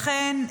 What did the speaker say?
לכן,